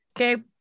Okay